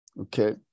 Okay